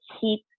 keep